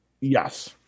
Yes